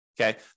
Okay